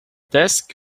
desk